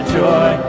joy